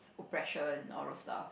oppression all those stuff